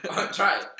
Try